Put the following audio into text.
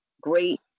great